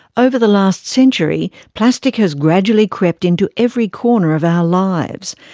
over the last century, plastic has gradually crept into every corner of our lives.